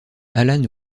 alan